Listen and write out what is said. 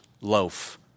loaf